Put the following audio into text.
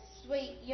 sweet